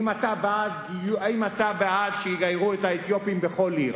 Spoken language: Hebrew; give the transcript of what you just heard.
האם אתה בעד שיגיירו את האתיופים בכל עיר?